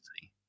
see